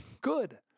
Good